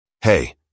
Hey